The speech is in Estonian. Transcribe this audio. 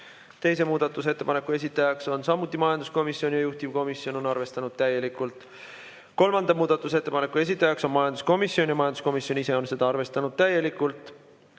Teise muudatusettepaneku esitajaks on samuti majanduskomisjon, juhtivkomisjon on arvestanud täielikult. Kolmanda muudatusettepaneku esitajaks on majanduskomisjon ja majanduskomisjon ise on seda arvestanud täielikult.